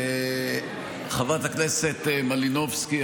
חברת הכנסת מלינובסקי,